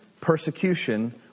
persecution